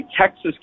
Texas